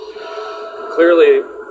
clearly